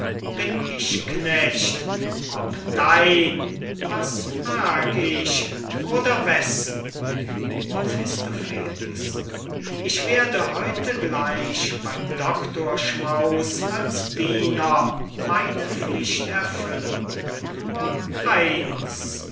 bin ich knecht ob dein was frag ich oder wessen mephistopheles ich werde heute gleich beym doctorschmaus als diener meine pflicht erfüllen nur eins